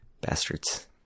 Bastards